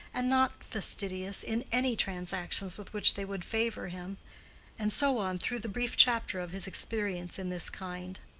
and not fastidious in any transactions with which they would favor him and so on through the brief chapter of his experience in this kind.